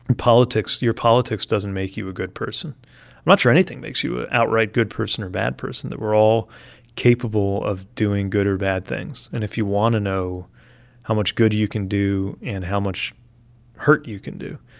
and politics your politics doesn't make you a good person. i'm not sure anything makes you a outright good person or bad person that we're all capable of doing good or bad things. and if you want to know how much good you you can do and how much hurt you can do,